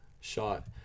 shot